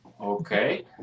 okay